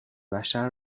بشر